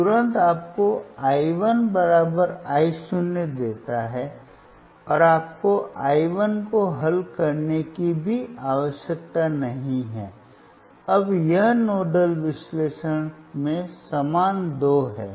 तो यह तुरंत आपको i 1 i 0 देता है और आपको i 1 को हल करने की भी आवश्यकता नहीं है अब यह नोडल विश्लेषण में समान 2 है